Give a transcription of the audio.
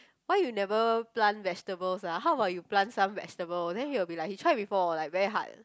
why you never plant vegetables ah how about you plant some vegetable then he will be like he tried before like very hard